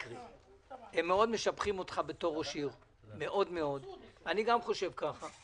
אני אצביע בעד החוק הזה לא היום אבל אני אצביע